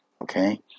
okay